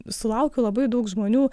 sulaukiu labai daug žmonių